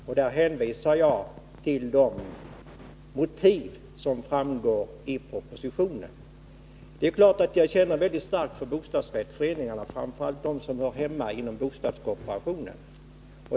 Jag kan hänvisa till de motiv som framkommer i propositionen. Det är klart att jag känner mycket starkt för bostadsrättsföreningarna, framför allt för dem som hör hemma inom bostadskooperationen.